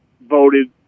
voted